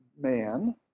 man